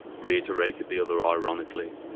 reiterated the other ironically.